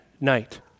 night